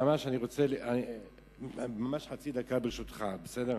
ממש חצי דקה, ברשותך, בסדר?